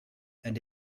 and